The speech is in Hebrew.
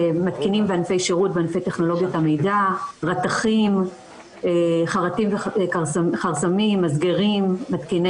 ואנחנו מדברים על מעון של משרד הרווחה שמטפל בזקן